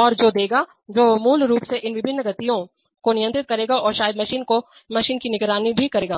और जो देगा जो मूल रूप से इन विभिन्न गतियों को नियंत्रित करेगा और शायद मशीन की निगरानी भी करेगा